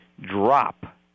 drop